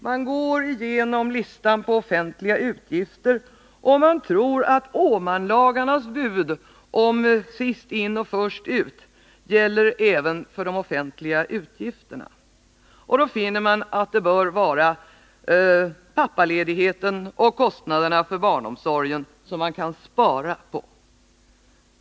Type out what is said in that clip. Man går igenom listan på offentliga utgifter och tror att Åmanlagarnas bud ”Ssist in, först ut” gäller även för de offentliga utgifterna. Man finner då att det är kostnaderna för pappaledigheten och barnomsorgen som man kan spara på.